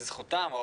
לזכותם,